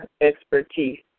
expertise